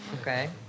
okay